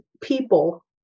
people